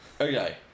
okay